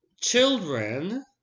Children